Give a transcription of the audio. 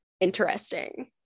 Interesting